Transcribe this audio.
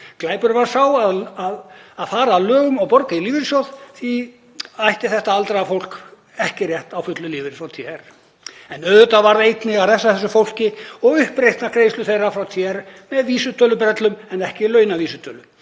Glæpurinn var sá að fara að lögum og borga í lífeyrissjóð og því ætti þetta aldraða fólk ekki rétt á fullum lífeyri frá TR. En auðvitað varð einnig að refsa þessu fólki og uppreikna greiðslu þeirra frá TR með vísitölubrellum en ekki launavísitölu.